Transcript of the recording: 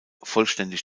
vollständig